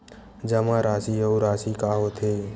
जमा राशि अउ राशि का होथे?